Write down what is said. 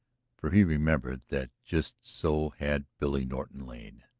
for he remembered that just so had billy norton lain,